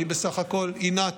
אני בסך הכול התנעתי.